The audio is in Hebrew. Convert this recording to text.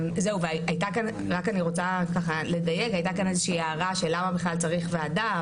אני רוצה רק לדייק: הייתה כאן איזושהי הערה של למה בכלל צריך ועדה,